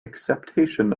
acceptation